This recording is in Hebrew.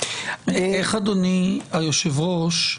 איך אדוני היושב-ראש,